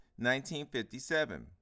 1957